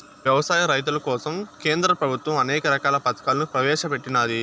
వ్యవసాయ రైతుల కోసం కేంద్ర ప్రభుత్వం అనేక రకాల పథకాలను ప్రవేశపెట్టినాది